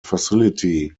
facility